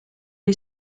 est